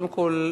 קודם כול,